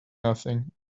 nothing